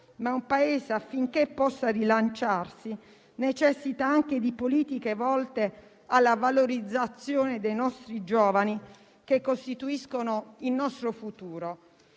ma un Paese, affinché possa rilanciarsi, necessita anche di politiche volte alla valorizzazione dei nostri giovani, che costituiscono il nostro futuro.